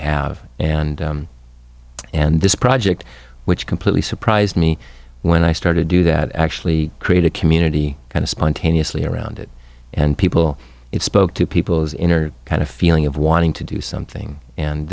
have and and this project which completely surprised me when i started do that actually create a community kind of spontaneously around it and people it spoke to people's inner kind of feeling of wanting to do something and